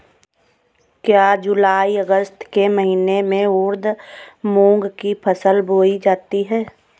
क्या जूलाई अगस्त के महीने में उर्द मूंग की फसल बोई जाती है?